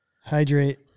Hydrate